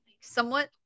somewhat